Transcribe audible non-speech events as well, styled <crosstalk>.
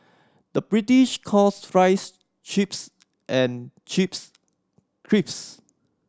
the British calls fries chips and chips <unintelligible>